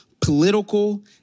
political